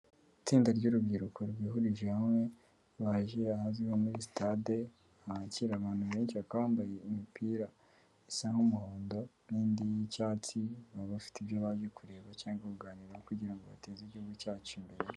Itsinda ry'urubyiruko rwihurije hamwe bagiye hanze no muri sitade bakira abantu benshi bambaye imipira isa nk'umuhondo, n'indi y'icyatsi baba bafite ibyo baje kureba cyangwa kuganira kugira bateze igihugu cyacu imbere.